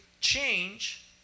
change